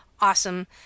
awesome